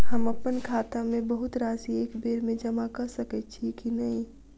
हम अप्पन खाता मे बहुत राशि एकबेर मे जमा कऽ सकैत छी की नै?